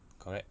correct